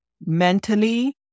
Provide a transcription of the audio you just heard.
mentally